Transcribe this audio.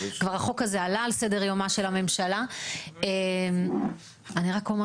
החוק הזה כבר עלה על סדר יומה של הממשלה --- אז ככה,